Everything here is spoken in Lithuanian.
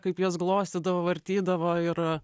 kaip jas glostydavo vartydavo ir